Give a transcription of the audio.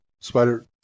Spider